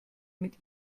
mit